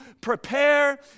prepare